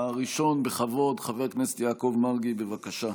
הראשון, בכבוד, חבר הכנסת יעקב מרגי, בבקשה.